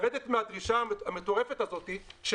זה יעזור לכולם לקבל אותם ולרדת מהדרישה המטורפת הזאת של